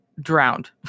drowned